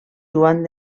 joan